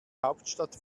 hauptstadt